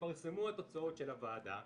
כשהתפרסמו התוצאות של הוועדה,